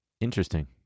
Interesting